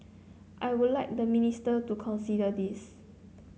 I would like the minister to consider this